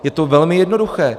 Je to velmi jednoduché.